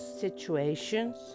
situations